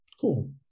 Cool